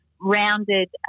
rounded